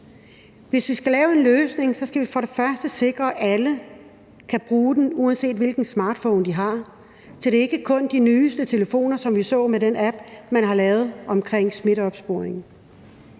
Hvis vi skal lave en løsning, skal vi først og fremmest sikre, at alle kan bruge den, uanset hvilken smartphone de har, så den ikke kun kan bruges på de nyeste telefoner, som vi så det i forbindelse med den app, man har lavet til smitteopsporing.